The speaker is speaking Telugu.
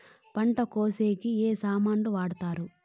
పంట కోసేకి ఏమి సామాన్లు వాడుతారు?